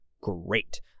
Great